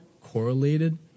correlated